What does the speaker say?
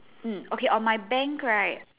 mm okay on my bank right